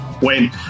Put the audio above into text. Wayne